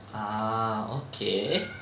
ah okay